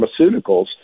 pharmaceuticals